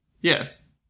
Yes